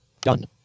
Done